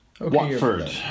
Watford